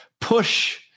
push